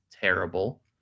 terrible